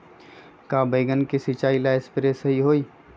का बैगन के सिचाई ला सप्रे सही होई?